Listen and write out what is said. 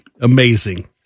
amazing